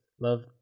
love